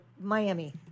Miami